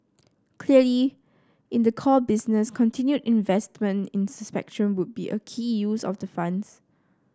clearly in the core business continued investment in spectrum would be a key use of the funds